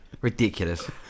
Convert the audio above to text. Ridiculous